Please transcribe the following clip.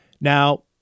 Now